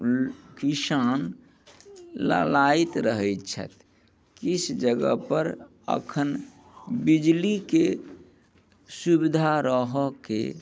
किसान ललाइत रहैत छथि किछु जगह पर एखन बिजलीके सुविधा रहऽ के